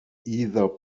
either